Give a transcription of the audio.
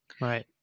Right